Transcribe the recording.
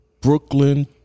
Brooklyn